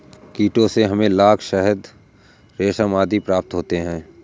कीटों से हमें लाख, शहद, रेशम आदि प्राप्त होते हैं